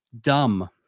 dumb